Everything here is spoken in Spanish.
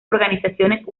organizaciones